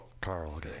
Carl